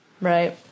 Right